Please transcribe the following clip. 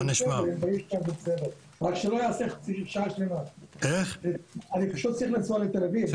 אני פשוט צריך לנסוע לתל אביב,